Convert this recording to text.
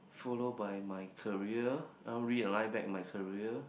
follow by my career I want realign back my career